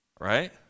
right